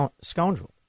scoundrel